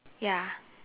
ya